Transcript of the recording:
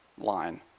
line